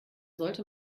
sollte